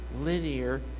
linear